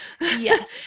Yes